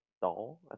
doll